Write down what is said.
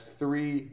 three